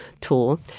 tool